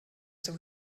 dem